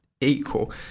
equal